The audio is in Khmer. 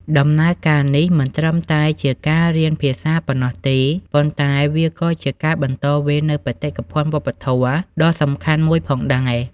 ដំណើរការនេះមិនត្រឹមតែជាការរៀនភាសាប៉ុណ្ណោះទេ ប៉ុន្តែវាក៏ជាការបន្តវេននូវបេតិកភណ្ឌវប្បធម៌ដ៏សំខាន់មួយផងដែរ។